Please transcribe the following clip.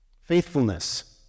Faithfulness